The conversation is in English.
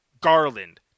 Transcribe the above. Garland